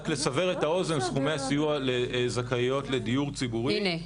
רק לסבר את האוזן: סכומי הסיוע לזכאיות לדיור ציבורי --- הינה,